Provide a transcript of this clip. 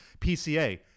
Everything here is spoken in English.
PCA